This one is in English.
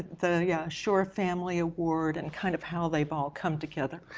the yeah schorr family award, and kind of how they've all come together?